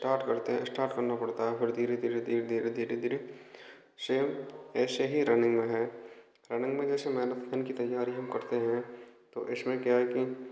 start करते हैं start करना पड़ता है पर धीरे धीरे धीरे धीरे धीरे धीरे शेम ऐसे ही रनिंग में है रनिंग में जैसे मैराथन की तैयारी हम करते हैं तो इसमें क्या है कि